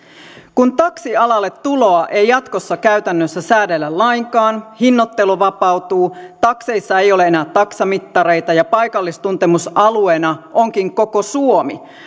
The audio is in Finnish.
kun taksialalle tuloa ei jatkossa käytännössä säädellä lainkaan hinnoittelu vapautuu takseissa ei ole enää taksamittareita ja paikallistuntemusalueena onkin koko suomi niin